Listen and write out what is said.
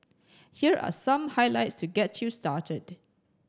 here are some highlights to get you started